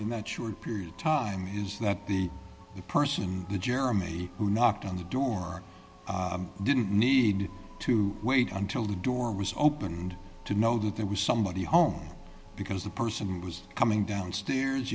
in that short period of time is that the person jeremy who knocked on the door didn't need to wait until the door was opened to know that there was somebody home because the person was coming downstairs